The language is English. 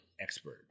expert